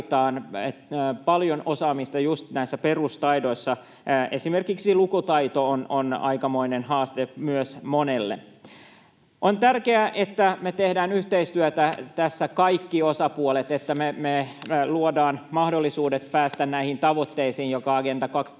paljon osaamista just näissä perustaidoissa. Esimerkiksi lukutaito on aikamoinen haaste monelle. On tärkeää, että me tehdään yhteistyötä tässä, kaikki osapuolet, niin että me luodaan mahdollisuudet päästä näihin tavoitteisiin, jotka Agenda